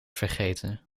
vergeten